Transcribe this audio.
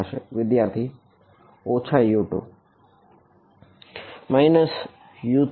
વિદ્યાર્થી ઓછા U 2